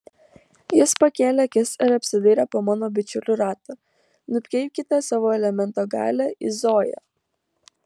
jis pakėlė akis ir apsidairė po mano bičiulių ratą nukreipkite savo elemento galią į zoją